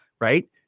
right